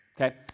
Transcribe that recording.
okay